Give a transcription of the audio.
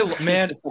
Man